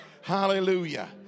Hallelujah